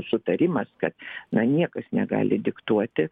sutarimas kad na niekas negali diktuoti